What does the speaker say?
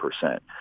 percent